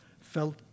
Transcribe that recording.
felt